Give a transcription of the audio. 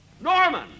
Norman